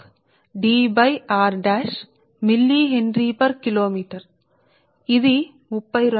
921 log Dr milli henry per kilometre కు milli Henrykilometer అవుతుంది